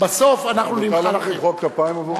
אנחנו נמחא לכם כפיים.